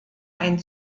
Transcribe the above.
ein